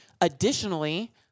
additionally